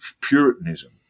Puritanism